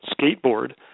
skateboard